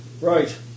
Right